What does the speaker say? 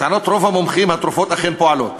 התרופות אכן פועלות,